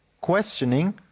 questioning